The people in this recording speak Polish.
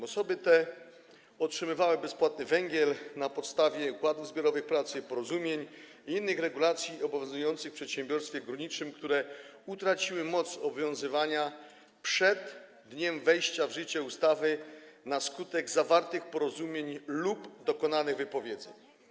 Osoby te otrzymywały bezpłatny węgiel na podstawie układów zbiorowych pracy, porozumień i innych regulacji obowiązujących w przedsiębiorstwie górniczym, które utraciły moc obowiązującą przed dniem wejścia w życie ustawy, na skutek zawartych porozumień lub dokonanych wypowiedzeń.